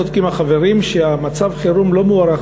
צודקים החברים שמצב החירום לא מוארך